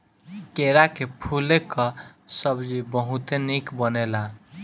केरा के फूले कअ सब्जी बहुते निक बनेला